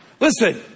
Listen